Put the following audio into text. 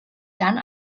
dann